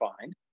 find